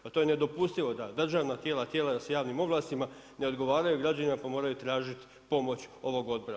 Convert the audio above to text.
Pa to je nedopustivo da državna tijela, tijela sa javnim ovlastima ne odgovaraju građanima pa moraju tražiti pomoć ovog odbora.